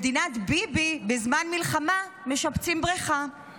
במדינת ביבי משפצים בריכה בזמן מלחמה.